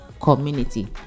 community